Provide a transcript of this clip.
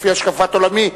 לפי השקפת עולמי,